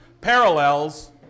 parallels